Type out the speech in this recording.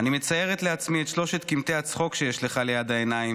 אני מציירת לעצמי את שלושת קמטי הצחוק שיש לך ליד העיניים,